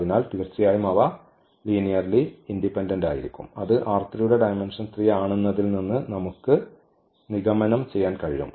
അതിനാൽ തീർച്ചയായും അവ ലീനിയർലി ഇൻഡിപെൻഡന്റ് ആയിരിക്കും അത് യുടെ ഡയമെന്ഷൻ 3 ആണെന്നതിൽ നിന്ന് നമുക്ക് നിഗമനം ചെയ്യാൻ കഴിയും